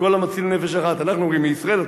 "כל המציל נפש אחת" אנחנו אומרים "מישראל"